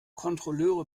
kontrolleure